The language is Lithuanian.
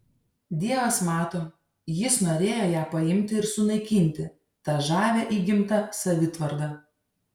dievas mato jis norėjo ją paimti ir sunaikinti tą žavią įgimtą savitvardą